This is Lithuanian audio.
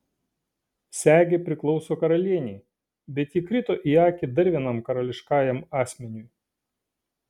segė priklauso karalienei bet ji krito į akį dar vienam karališkajam asmeniui